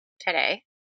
today